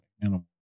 animal